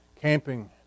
camping